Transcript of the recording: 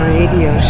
Radio